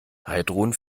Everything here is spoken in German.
heidrun